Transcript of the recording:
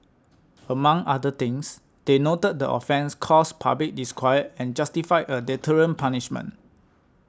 among other things they noted the offence caused public disquiet and justified a deterrent punishment